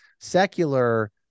secular